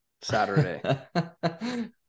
Saturday